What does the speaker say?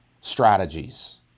strategies